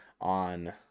on